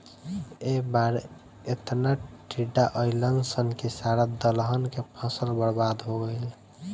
ए बार एतना टिड्डा अईलन सन की सारा दलहन के फसल बर्बाद हो गईल